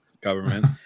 government